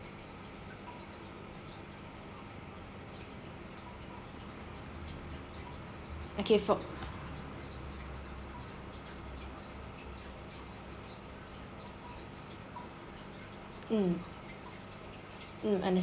okay for mm mm